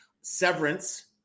Severance